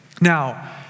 Now